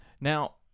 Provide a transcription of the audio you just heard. Now